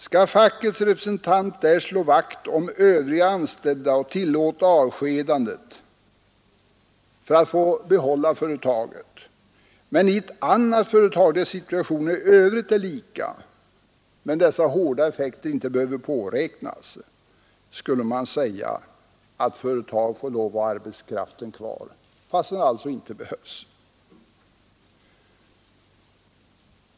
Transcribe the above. Skall fackets representant där slå vakt om övriga anställda och tillåta avskedandet för att få behålla företaget men i ett annat företag, där förutsättningarna i övrigt är lika men där dessa hårda effekter inte behöver påräknas, säga att företaget får lov att ha kvar arbetskraften, fastän den alltså inte behövs?